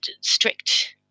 strict